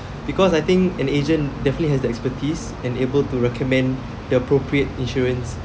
because I think an agent definitely has the expertise and able to recommend the appropriate insurance